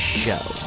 show